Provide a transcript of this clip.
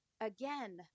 Again